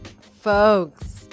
folks